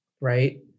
Right